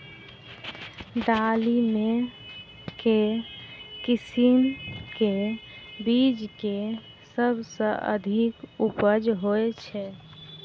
दालि मे केँ किसिम केँ बीज केँ सबसँ अधिक उपज होए छै?